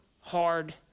hard